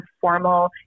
formal